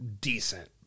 decent